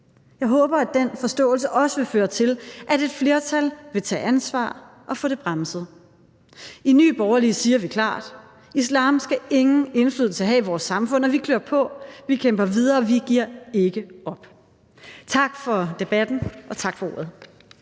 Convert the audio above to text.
Jeg håber, at den forståelse også vil føre til, at et flertal vil tage ansvar og få det bremset. I Nye Borgerlige siger vi klart: Islam skal ingen indflydelse have i vores samfund. Og vi klør på. Vi kæmper videre. Vi giver ikke op. Tak for debatten, og tak for ordet.